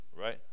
right